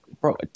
Bro